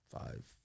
five